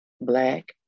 Black